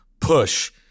push